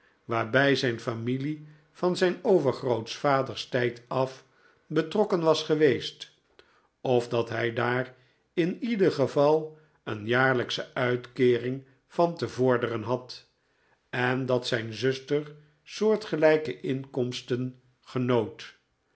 waarbij zijn familie van zijn overgrootvaders tijd af betrokken was geweest of dat hij daar in ieder geval een jaarlijksche uitkeering van te vorderen had en dat zijn zuster soortgelijke inkomsten genoot